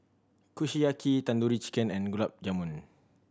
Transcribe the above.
Kushiyaki Tandoori Chicken and Gulab Jamun